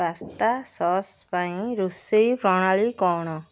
pasta sauce ପାଇଁ ରୋଷେଇ ପ୍ରଣାଳୀ କ'ଣ